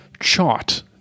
chart